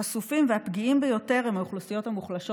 החשופים והפגיעים ביותר הם מהאוכלוסיות המוחלשות,